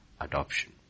adoption